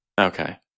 Okay